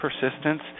persistence